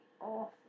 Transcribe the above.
awful